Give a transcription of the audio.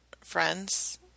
friends